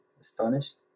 astonished